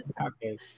Okay